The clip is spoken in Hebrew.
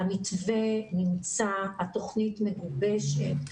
המתווה נמצא, התוכנית מגובשת.